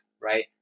right